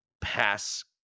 pass